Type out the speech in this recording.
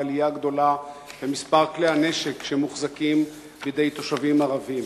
על עלייה גדולה במספר כלי הנשק שמוחזקים בידי תושבים ערבים.